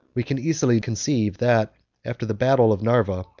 we can easily conceive, that after the battle of narva,